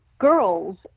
girls